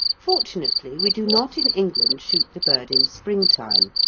fortunately, we do not in england shoot the bird in springtime,